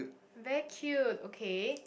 very cute okay